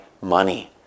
money